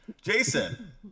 Jason